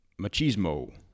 machismo